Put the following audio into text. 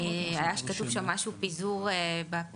היה כתוב שם משהו על פיזור בפריפריה,